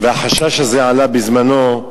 והחשש הזה עלה בזמנו,